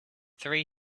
three